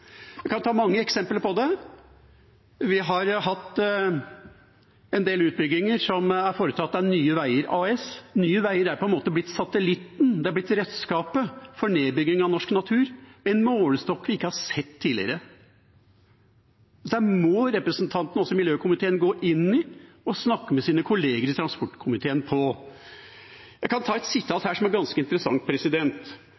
Jeg kan ta mange eksempler på det. Vi har hatt en del utbygginger som er foretatt av Nye Veier AS. Nye Veier er på en måte blitt satellitten, det er blitt redskapet for nedbygging av norsk natur, i en målestokk vi ikke har sett tidligere. Dette må representantene også i miljøkomiteen gå inn i og snakke med sine kolleger i transportkomiteen om. Jeg kan lese et